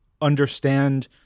understand